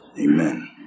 Amen